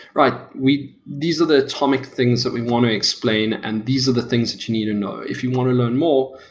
right, these are the atomic things that we want to explain and these are the things that you need to know. if you want to learn more,